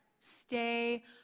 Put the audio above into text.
stay